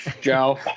Joe